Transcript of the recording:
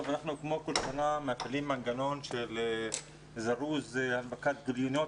כמו כל שנה אנחנו מפעילים מנגנון של זירוז הנפקת גיליונות